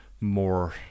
more